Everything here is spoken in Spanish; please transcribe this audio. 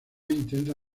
intenta